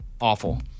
awful